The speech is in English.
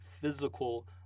physical